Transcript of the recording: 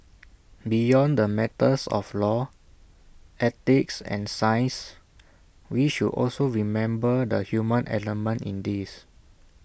beyond the matters of law ethics and science we should also remember the human element in this